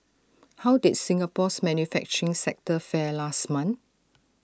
how did Singapore's manufacturing sector fare last month